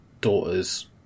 daughters